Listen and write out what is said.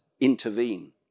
intervene